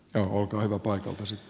olkaa hyvä paikalta sitten